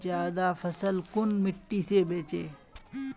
ज्यादा फसल कुन मिट्टी से बेचे?